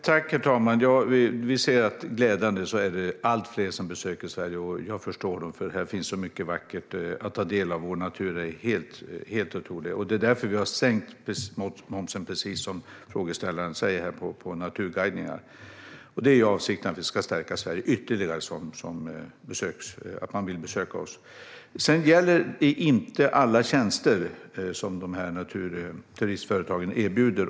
Herr talman! Det är glädjande att allt fler besöker Sverige. Jag förstår dem, för här finns så mycket vackert att ta del av. Vår natur är helt otrolig. Det är därför som vi har sänkt momsen på naturguidningar, precis som frågeställaren säger. Avsikten är att vi ska stärka Sverige ytterligare så att fler vill besöka oss. Sedan gäller detta inte alla tjänster som naturturistföretagen erbjuder.